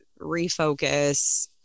refocus